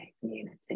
community